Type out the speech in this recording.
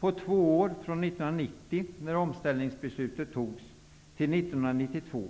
På två år, från 1990 när omställningsbeslutet fattades till 1992,